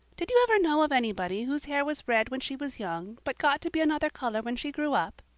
did you ever know of anybody whose hair was red when she was young, but got to be another color when she grew up?